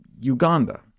Uganda